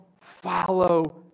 follow